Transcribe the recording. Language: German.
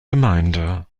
gemeinde